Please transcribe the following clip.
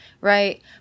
right